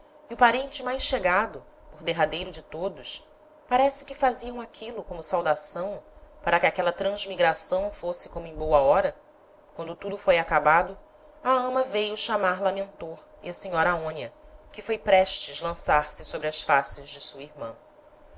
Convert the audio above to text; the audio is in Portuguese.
e o parente mais chegado por derradeiro de todos parece que faziam aquilo como saudação para que aquela transmigração fosse como em boa hora quando tudo foi acabado a ama veio chamar lamentor e a senhora aonia que foi prestes lançar-se sobre as faces de sua irman